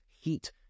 heat